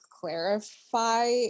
clarify